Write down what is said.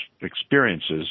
experiences